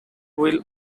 will